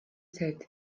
сайд